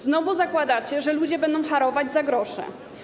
Znowu zakładacie, że ludzie będą harować za grosze.